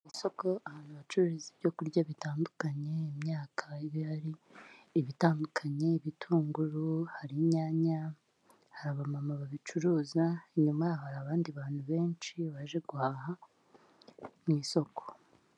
Mu isoko ahantu bacururiza byo kurya bitandukanye imyaka iba ihari ibitandukanye ibitunguru, hari inyanya, hari abamama babicuruza inyuma yaho hari abandi bantu benshi baje guhaha mu isoko.